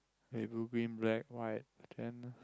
red blue green black white okay